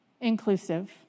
inclusive